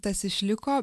tas išliko